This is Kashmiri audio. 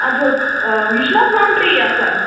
اَدٕ حظ یہِ چھُنہٕ حظ وَن ٹرٛی آسان